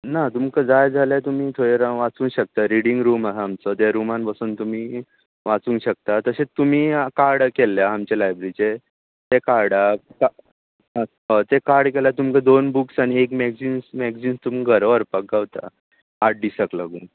ना तुमकां जाय जाल्यार तुमी थंय रावन वाचूंक शकता रिडींग रूम आसा आमचो त्या रुमान बसून तुमी वाचूंक शकता तशेंच तुमी कार्ड केल्लें आसा आमच्या लायब्रीचें तें कार्डा कार्ड तें कार्ड केल्यार तुमकां दोन बुक्स आनी एक मॅगजिन्स मॅगजिन्स तुमकां घरा व्हरपाक गावता आठ दिसांक लागून